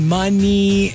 money